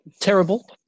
Terrible